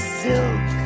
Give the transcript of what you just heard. silk